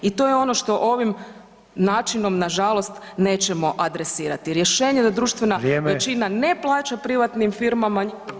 I to je ono što ovim načinom nažalost nećemo adresirati, rješenje da društvena [[Upadica: Vrijeme.]] većina ne plaća privatnim firmama